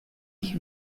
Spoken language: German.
ich